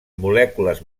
molècules